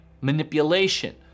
manipulation